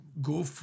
go